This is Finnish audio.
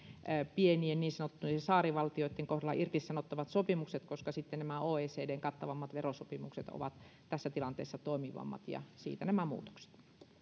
pienien niin sanottujen saarivaltioitten kohdalla irtisanottavat sopimukset koska nämä oecdn kattavammat verosopimukset ovat tässä tilanteessa toimivammat ja siitä nämä muutokset